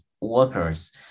workers